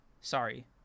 sorry